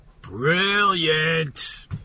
Brilliant